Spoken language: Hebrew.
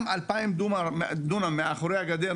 גם 2,000 דונם מהכפר נשארו מאחורי הגדר,